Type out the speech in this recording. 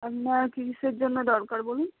না কিসের জন্য দরকার বলুন